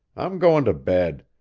i'm going to bed.